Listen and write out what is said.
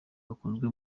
bakunzwe